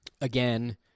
again